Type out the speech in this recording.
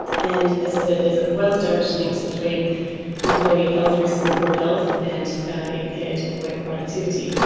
and, as i said, there's ah well-established links between employee health risks and poor health and impaired work productivity.